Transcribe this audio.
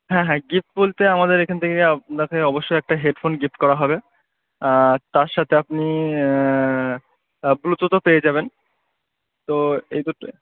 হ্যাঁ হ্যাঁ গিফ্ট বলতে আমাদের এখান থেকে আপনাকে অবশ্যই একটা হেডফোন গিফট করা হবে তার সাথে আপনি ব্লুটুথও পেয়ে যাবেন তো এই দুটো